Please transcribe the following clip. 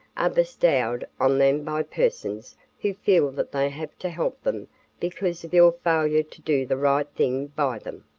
are bestowed on them by persons who feel that they have to help them because of your failure to do the right thing by them.